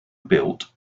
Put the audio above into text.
built